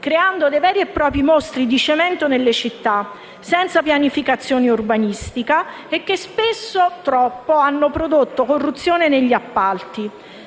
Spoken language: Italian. creando dei veri e propri mostri di cemento nelle città, senza pianificazione urbanistica, e che spesso, troppo, hanno prodotto corruzione negli appalti.